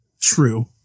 true